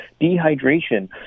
Dehydration